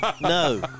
no